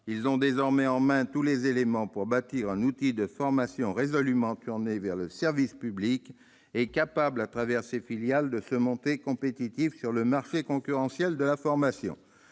Ils ont désormais en main tous les éléments pour bâtir un outil de formation résolument tourné vers le service public et capable, à travers ses filiales, de se montrer compétitif sur le marché concurrentiel de la formation.